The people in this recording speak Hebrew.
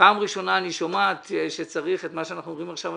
בפעם הראשונה שצריך את מה שאנחנו אומרים עכשיו.